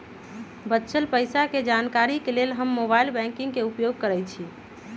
बच्चल पइसा के जानकारी के लेल हम मोबाइल बैंकिंग के उपयोग करइछि